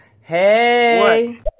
hey